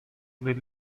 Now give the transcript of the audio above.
nel